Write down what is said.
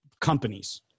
companies